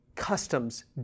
customs